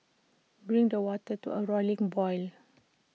bring the water to A rolling boil